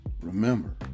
Remember